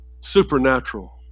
supernatural